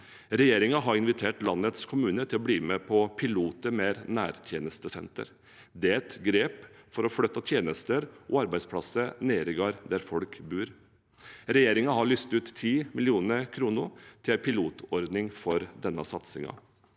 Regjeringen har invitert landets kommuner til å bli med på piloter med nærtjenestesentre. Det er et grep for å flytte tjenester og arbeidsplasser nærmere der folk bor. Regjeringen har lyst ut 10 mill. kr til en pilotordning for denne satsingen.